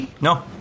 No